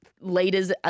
leaders